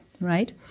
right